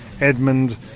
Edmund